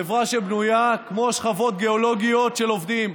זו חברה שבנויה כמו שכבות גיאולוגיות של עובדים.